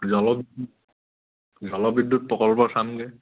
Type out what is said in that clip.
জলবিদ্যুৎ জলবিদ্যুৎ প্ৰকল্প চামগৈ